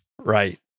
Right